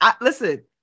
Listen